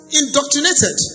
indoctrinated